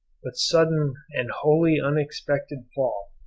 but sudden and wholly unexpected fall,